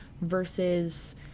versus